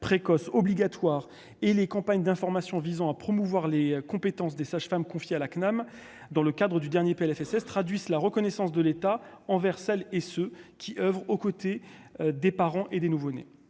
précoce obligatoire et les campagnes d'information visant à promouvoir les compétences des sages-femmes confier à la CNAM dans le cadre du dernier Plfss traduisent la reconnaissance de l'État envers celles et ceux qui oeuvrent aux côtés des parents et des nouveau-nés